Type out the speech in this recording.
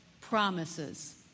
promises